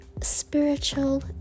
spiritual